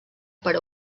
per